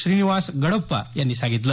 श्रीनिवास गडप्पा यांनी सांगितलं